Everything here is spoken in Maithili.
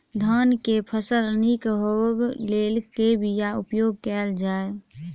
धान केँ फसल निक होब लेल केँ बीया उपयोग कैल जाय?